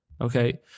okay